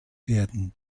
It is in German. werden